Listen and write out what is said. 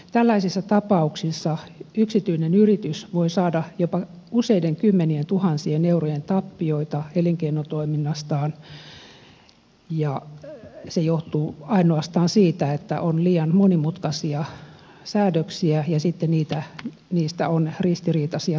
tällaisissa tapauksissa yksityinen yritys voi saada jopa useiden kymmenien tuhansien eurojen tappioita elinkeinotoiminnastaan ja se johtuu ainoastaan siitä että on liian monimutkaisia säädöksiä ja sitten niistä on ristiriitaisia tulkintoja